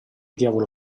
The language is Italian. diavolo